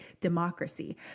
democracy